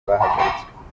bahagaritswe